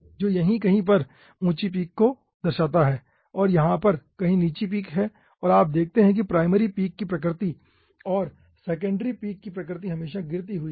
जो यहाँ कहीं पर ऊँची पीक को दर्शाता है और यहाँ पर कहीं नीची पीक है और आप देखते हैं कि प्राइमरी पीक की प्रकृति और सेकेंडरी पीक की प्रकृति हमेशा गिरती हुई है